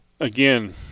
Again